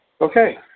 Okay